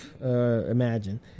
Imagine